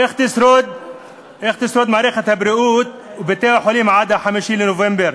איך ישרדו מערכת הבריאות ובתי-החולים עד 5 בנובמבר?